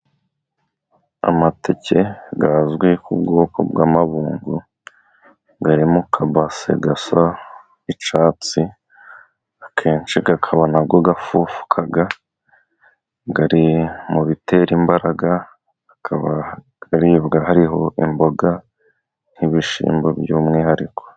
Amateke azwi ku bwoko bw'amabungu ngayo mu kabase gasa icyatsi. Akenshi akabona bwo afufuka. Ari mu bitera imbaraga. Akaba aribwa hariho imboga nk'ibishyimbo by'umwihariko.